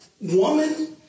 woman